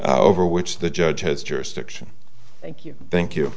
over which the judge has jurisdiction thank you thank you